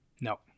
No